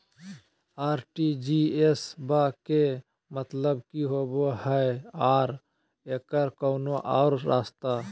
RTGS बा के मतलब कि होबे हय आ एकर कोनो और रस्ता?